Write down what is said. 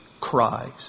Cries